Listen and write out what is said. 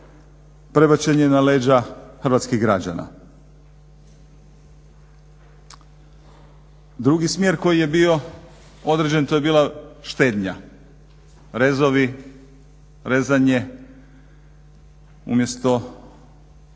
prebačen je na leđa hrvatskih građana. Drugi smjer koji je bio određen, to je bila štednja, rezovi, rezanje. Umjesto